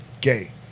gay